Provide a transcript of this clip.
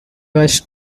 was